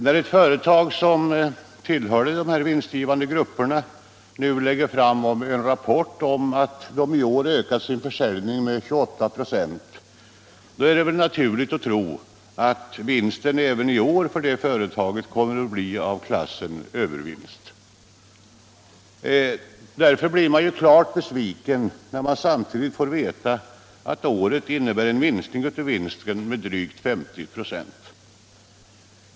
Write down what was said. När ett företag som tillhörde denna vinstgivande grupp nu lägger fram en rapport om att det i år ökat sin försäljning med 28 96 är det naturligt att tro att vinsten för detta företag även i år kommer att bli av klassen ”övervinst”. Därför blir man klart besviken när man samtidigt får veta att året innebär en minskning av vinsten med drygt 50 96.